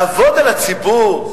לעבוד על הציבור?